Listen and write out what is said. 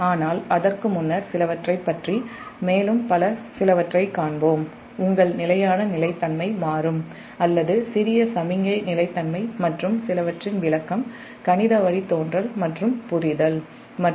ஆனால் அதற்கு முன்னர் சிலவற்றைப் பற்றி மேலும் காண்போம் உங்கள் நிலையான நிலைத்தன்மை மாறும் அல்லது சிறிய சமிக்ஞை நிலைத்தன்மை மற்றும் சிலவற்றின் கணித வழித்தோன்றல் மற்றும் புரிதல் விளக்கம்